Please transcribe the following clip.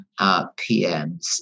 PMs